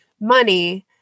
money